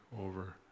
over